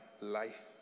life